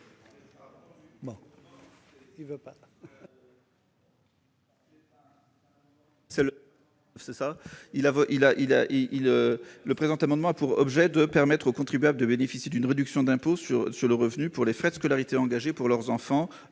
Le présent amendement a pour objet d'accorder aux contribuables une réduction d'impôt sur le revenu pour les frais de scolarité engagés pour leurs enfants